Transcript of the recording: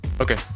okay